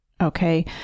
Okay